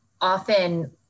often